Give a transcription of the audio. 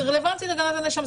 זה רלוונטי לגבי הגנת הנאשם.